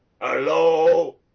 Hello